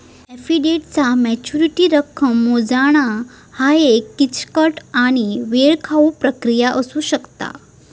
FD चा maturity रक्कम मोजणा ह्या एक किचकट आणि वेळखाऊ प्रक्रिया असू शकता